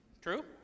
True